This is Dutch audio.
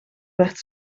werd